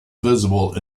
visible